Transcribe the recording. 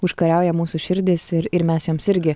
užkariauja mūsų širdis ir ir mes joms irgi